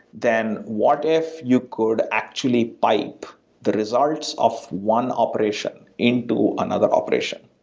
then what if you could actually pipe the results of one operation into another operation,